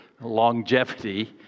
longevity